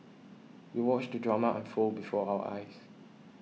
we watched the drama unfold before our eyes